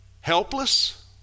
Helpless